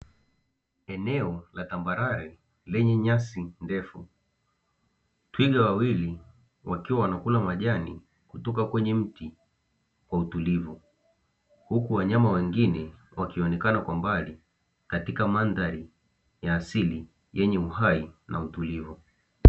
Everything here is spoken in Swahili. Eneo la tambarare lenye nyasi ndefu, twiga wawili wakiwa wanakula majani kutoka kwenye mti kwa utulivu, huku wanyama wengine wakionekana kwa mbali katika mandhari ya asili yenye uhai na utulivu.